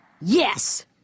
Yes